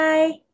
Bye